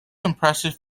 impressive